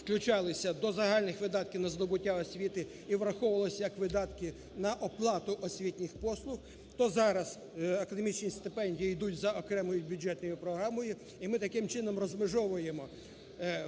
включались до загальних видатків на здобуття освіти і враховувались як видатки на оплату освітніх послуг, то зараз академічні стипендії ідуть за окремою бюджетною програмою, і ми, таким чином, розмежовуємо